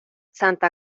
santa